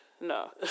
No